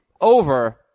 over –